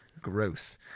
Gross